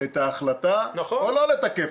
את ההחלטה או לא לתקף אותה.